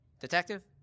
Detective